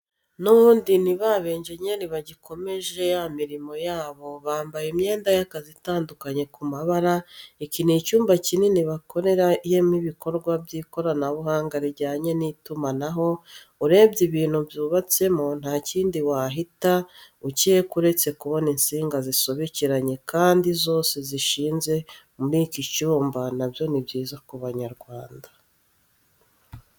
N'ubundi ni b'abanjeniyeri bagikomeje ya mirimo yabo, bambaye imyenda y'akazi itandukanye ku mabara. Iki ni icyumba kinini bakoreyemo ibikorwa by'ikoranabuhanga rijyanye n'itumanaho, urebye ibintu byubatsemo nta kindi wahita ukeka uretse kubona intsinga zisobekeranye kandi zose zishinze muri ki cyumba na byo ni byiza ku Banyarwanda.